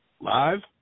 Live